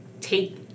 take